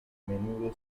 menudo